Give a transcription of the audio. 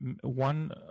one